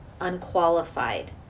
unqualified